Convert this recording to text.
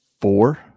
four